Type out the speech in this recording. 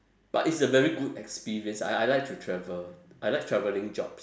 but it's a very good experience I I like to travel I like travelling jobs